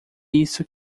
isso